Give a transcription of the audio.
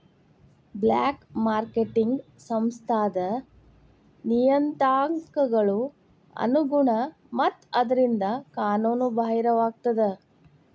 black marketing ಸಂಸ್ಥಾದ್ ನಿಯತಾಂಕಗಳ ಅನುಗುಣ ಮತ್ತ ಆದ್ದರಿಂದ ಕಾನೂನು ಬಾಹಿರವಾಗಿರ್ತದ